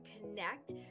connect